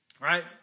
right